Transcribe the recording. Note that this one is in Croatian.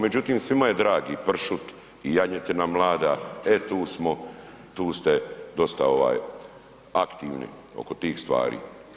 Međutim, svima je dragi pršut i janjetina mlada, e tu smo, tu ste dosta aktivni oko tih stvari.